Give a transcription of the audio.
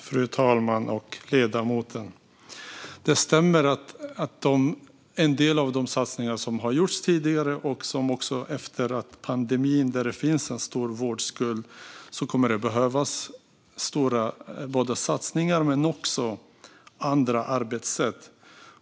Fru talman! Det stämmer att det efter en del av de satsningar som gjorts tidigare och med den stora vårdskuld pandemin lett till kommer att behövas både stora satsningar och andra arbetssätt.